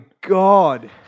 god